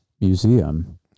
Museum